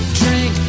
drink